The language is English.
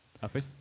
Happy